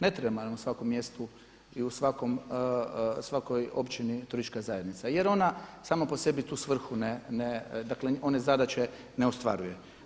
Ne treba nam na svakom mjestu i u svakoj općini turističku zajednicu jer ona sama po sebi tu svrhu ne, dakle one zadaće ne ostvaruje.